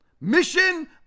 Mission